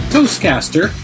Toastcaster